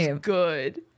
good